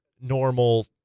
normal